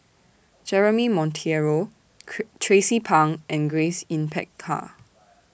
Jeremy Monteiro Tracie Pang and Grace Yin Peck Ha